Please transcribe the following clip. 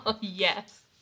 yes